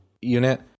unit